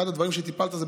אחד הדברים שטיפלת בהם,